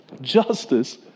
justice